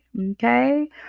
Okay